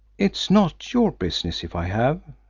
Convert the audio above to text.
it is not your business if i have,